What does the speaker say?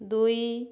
ଦୁଇ